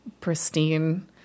pristine